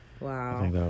Wow